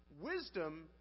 Wisdom